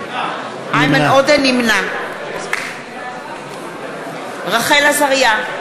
נמנע רחל עזריה,